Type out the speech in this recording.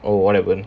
oh what happened